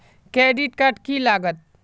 Credit card की लागत?